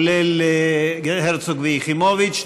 כולל הרצוג ויחימוביץ,